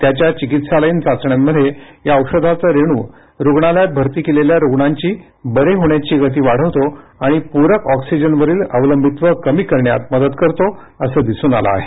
त्याच्या चिकित्सालयीन चाचण्यांमध्ये या औषधाचा रेणू रुग्णालयात भरती केलेल्या रुग्णांची बरे होण्याची गती वाढवतो आणि पूरक ऑक्सीजनवरील अवलंबित्व कमी करण्यात मदत करतो असं दिसून आलं आहे